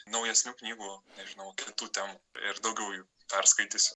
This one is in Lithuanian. naujesnių knygų nežinau kitų temų ir daugiau jų perskaitysiu